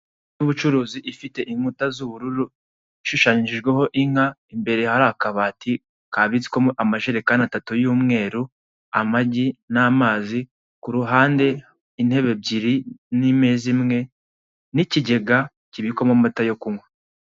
Y'ubucuruzi ifite inkuta z'ubururu ishushanyijweho inka imbere hari akabati kabitswemo amajerekani atatu y'umweru, amagi n'amazi ku ruhande intebe ebyiri n'imeza imwe n'igega kibikwamo amata yo kunywa.